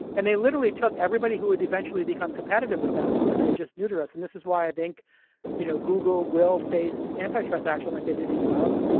and they literally took everybody who would eventually become competitive with them and they just neutered us. and this is why you know google will face anti-trust action like they did in europe,